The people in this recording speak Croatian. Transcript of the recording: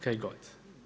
Kaj god!